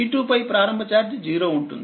C2 పై ప్రారంభ charge 0 ఉంటుంది